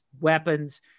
weapons